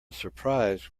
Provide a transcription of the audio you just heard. surprise